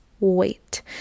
wait